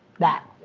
that,